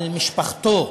על משפחתו,